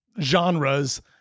genres